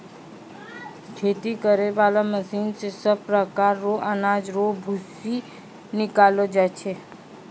खेती करै बाला मशीन से सभ प्रकार रो अनाज रो भूसी निकालो जाय छै